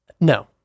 No